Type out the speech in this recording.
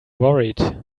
worried